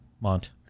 Mont